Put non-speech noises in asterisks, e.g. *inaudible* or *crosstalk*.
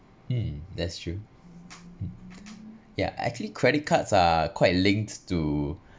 um that's true *noise* yeah actually credit cards are quite linked to